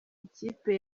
ikipe